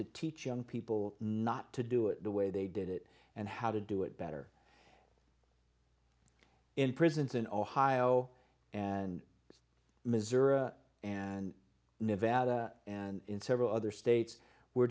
to teach young people not to do it the way they did it and how to do it better in prisons in ohio and missouri and nevada and in several other states we're